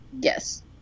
Yes